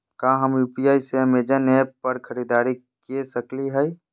का हम यू.पी.आई से अमेजन ऐप पर खरीदारी के सकली हई?